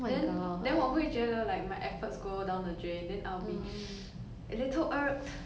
then then 我会觉得 like my efforts go down the drain then I'll be a little irked